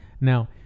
Now